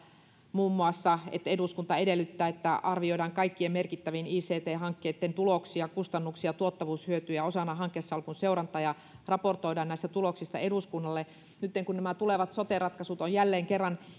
muun muassa että eduskunta edellyttää että arvioidaan kaikkien merkittävien ict hankkeitten tuloksia kustannuksia ja tuottavuushyötyjä osana hankesalkun seurantaa ja raportoidaan näistä tuloksista eduskunnalle nytten kun nämä tulevat sote ratkaisut ovat jälleen kerran